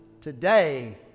today